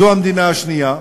זו המדינה השנייה.